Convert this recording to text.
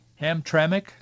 Hamtramck